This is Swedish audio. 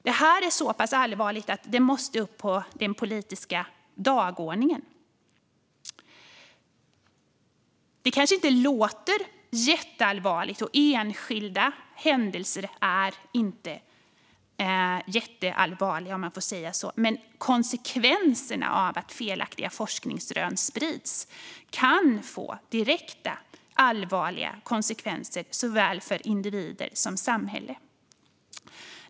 Det här är så pass allvarligt att det måste upp på den politiska dagordningen. Det kanske inte låter jätteallvarligt, och enskilda händelser är inte jätteallvarliga. Men att felaktiga forskningsrön sprids kan få direkta allvarliga konsekvenser för såväl individer som samhälle.